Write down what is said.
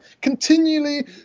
continually